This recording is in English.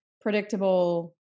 predictable